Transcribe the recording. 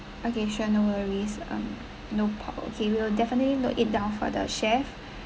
okay sure no worries um no pork okay we will definitely note it down for the chef